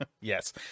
Yes